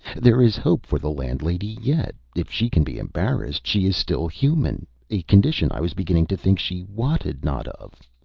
there is hope for the landlady yet. if she can be embarrassed she is still human a condition i was beginning to think she wotted not of.